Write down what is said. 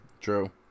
True